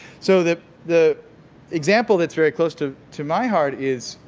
so, the the example that's very close to to my heart is,